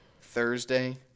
Thursday